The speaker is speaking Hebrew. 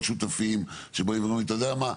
שותפים שבאים ואומרים "אתה יודע מה?